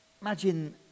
imagine